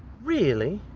really?